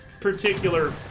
particular